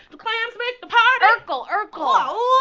the clams make the party urkel, urkel